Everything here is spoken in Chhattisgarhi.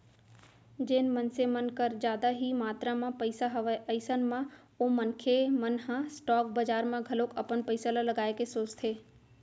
जेन मनसे मन कर जादा ही मातरा म पइसा हवय अइसन म ओ मनखे मन ह स्टॉक बजार म घलोक अपन पइसा ल लगाए के सोचथे